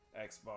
Xbox –